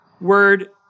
word